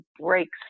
breaks